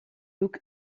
luke